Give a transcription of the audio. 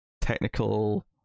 technical